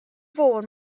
fôn